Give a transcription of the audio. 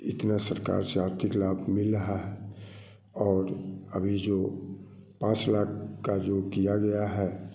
इतना सरकार से आर्थिक लाभ मिल रहा है अभी जो पाँच लाख का जो किया गया है